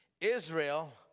Israel